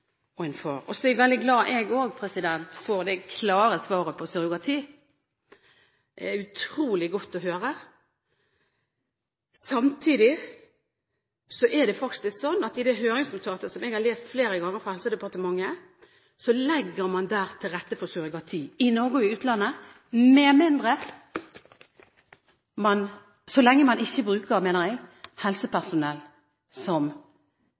veldig glad, jeg også, for det klare svaret på surrogati – det er utrolig godt å høre. Samtidig er det faktisk sånn at i høringsnotatet fra Helsedepartementet, som jeg har lest flere ganger, legger man til rette for surrogati i Norge og i utlandet. Så lenge man ikke bruker helsepersonell som